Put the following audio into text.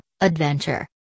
Adventure